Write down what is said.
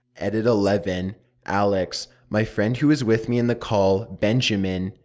edit eleven alex. my friend who is with me in the call. benjamin.